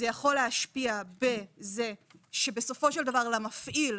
זה יכול להשפיע בזה שבסופו של דבר למפעיל,